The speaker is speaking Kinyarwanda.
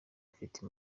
afite